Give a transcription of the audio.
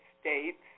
States